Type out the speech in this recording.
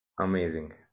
Amazing